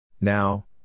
Now